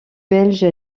belge